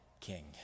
king